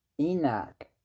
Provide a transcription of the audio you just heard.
Enoch